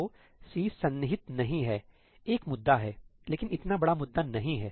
तो C सन्निहित नहीं है एक मुद्दा है लेकिन इतना बड़ा मुद्दा नहीं है